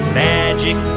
magic